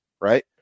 right